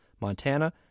Montana